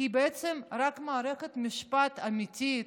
כי בעצם רק מערכת משפט אמיתית,